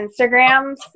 Instagrams